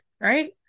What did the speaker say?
right